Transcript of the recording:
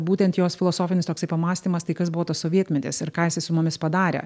būtent jos filosofinis toksai pamąstymas tai kas buvo tas sovietmetis ir ką jisai su mumis padarė